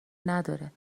نداره